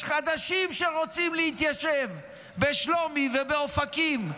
יש חדשים שרוצים להתיישב בשלומי ובאופקים.